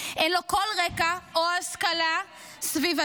אין לו כל רקע או השכלה סביבתית.